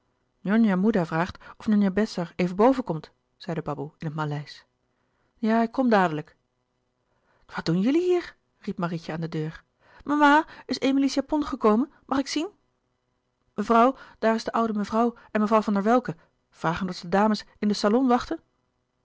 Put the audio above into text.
njonja moeda vraagt of njonja besar even boven komt zei de baboe in het maleisch ja ik kom dadelijk wat doen jullie hier riep marietje aan de deur mama is emilie's japon gekomen mag ik zien mevrouw daar is de oude mevrouw en mevrouw van der welcke vragen of de dames in den salon wachten